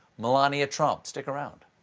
melania trump! stick around.